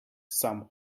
some